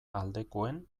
aldekoen